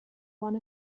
one